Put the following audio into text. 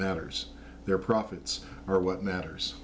matters their profits are what matters